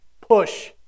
Push